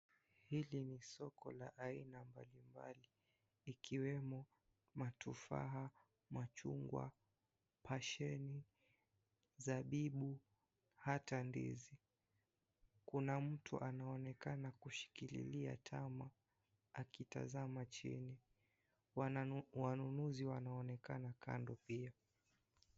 Hili ni soko la aina mbalimbali ikiwemo matofaa machungwa , pasheni, zabibu hata ndizi. Kuna mtu anaoneka kushikilia tama akitazama chini, wanunuzi wanaonekana kando pia.